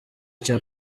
cya